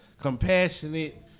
compassionate